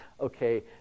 okay